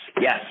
yes